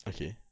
okay